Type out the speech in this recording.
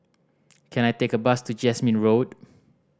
can I take a bus to Jasmine Road